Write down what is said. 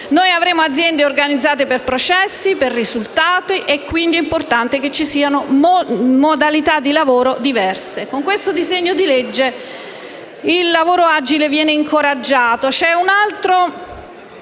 Noi avremo aziende organizzate per processi, per risultati e solo quindi importanti modalità di lavoro diverse. Con questo disegno di legge il lavoro agile viene incoraggiato.